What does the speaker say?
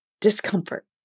Discomfort